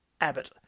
Abbott